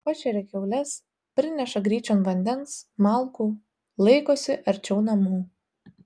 pašeria kiaules prineša gryčion vandens malkų laikosi arčiau namų